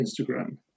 instagram